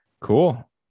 cool